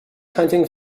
hunting